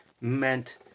meant